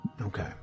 Okay